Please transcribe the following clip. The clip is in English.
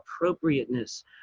appropriateness